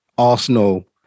Arsenal